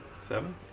seven